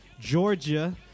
Georgia